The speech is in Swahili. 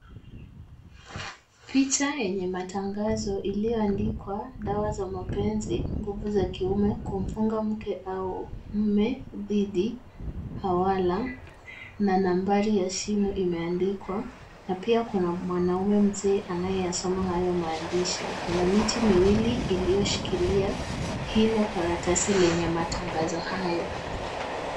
Picha yenye matangazo iliyoandikwa dawa za mapenzi, nguvu za kiume, kumfunga mke au mume dhidi, hawala na nambari ya simu imeandikwa na pia kuna mwanaume mzee anayeyasoma hayo maandishi. Kuna miti miwili iliyoshikilia hilo karatasi lenye matangazo hayo.